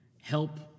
help